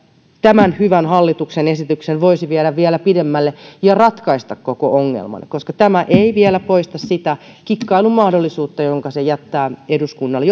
tämän hyvän hallituksen esityksen voisi viedä vielä pidemmälle ja ratkaista koko ongelman tämä ei vielä poista sitä kikkailun mahdollisuutta jonka se jättää eduskunnalle